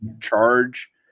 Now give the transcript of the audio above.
charge